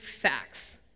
facts